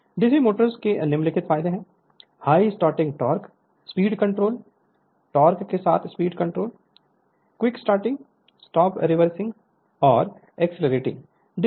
Refer Slide Time 2641 DC motors के निम्नलिखित फायदे हैं हाई स्टार्टिंग टोक़ एक विस्तृत श्रृंखला पर स्पीड कंट्रोल निरंतर टोक़ के साथ सटीक speed control quick starting stopping reversing और एग्जैगरेटिंग करना